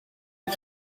est